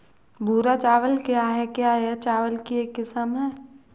भूरा चावल क्या है? क्या यह चावल की एक किस्म है?